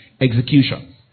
Execution